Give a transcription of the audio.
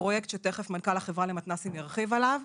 מנכ"ל החברה למתנסים ירחיב על הפרויקט.